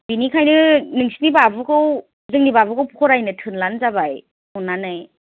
बेनिखायनो नोंसिनि बाबुखौ जोंनि बाबुखौ फरायनो थोनब्लानो जाबाय अननानै